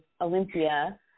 Olympia